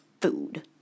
food